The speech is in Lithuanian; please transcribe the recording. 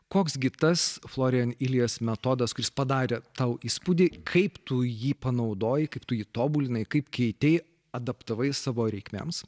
koks gi tas florian ilies metodas kuris padarė tau įspūdį kaip tu jį panaudojai kaip tu jį tobulinai kaip keitei adaptavai savo reikmėms